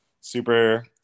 super